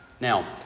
Now